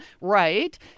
right